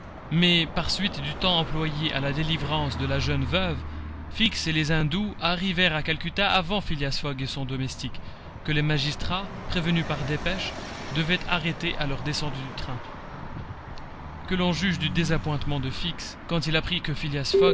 mais par suite du temps employé à la délivrance de la jeune veuve fix et les indous arrivèrent à calcutta avant phileas fogg et son domestique que les magistrats prévenus par dépêche devaient arrêter à leur descente du train que l'on juge du désappointement de fix quand il apprit que phileas